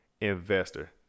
investor